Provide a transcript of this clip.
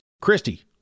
Christy